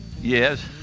Yes